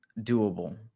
doable